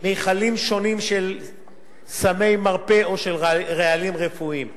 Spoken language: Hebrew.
מכלים שונים של סמי מרפא או של רעלים רפואיים.